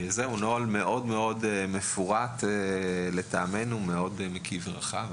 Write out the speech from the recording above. נוהל מאוד מאוד מפורט, מאוד מקיף ורחב.